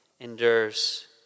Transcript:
endures